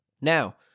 Now